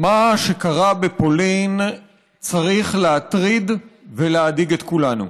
מה שקרה בפולין צריך להטריד ולהדאיג את כולנו.